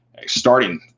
Starting